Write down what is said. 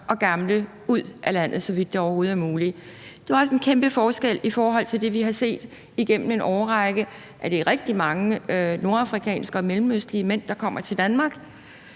og gamle ud af landet. Det er også en kæmpe forskel i forhold til det, vi har set igennem en årrække. Når det handler om de rigtig mange nordafrikanske og mellemøstlige mænd, der kommer til Danmark,